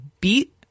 beat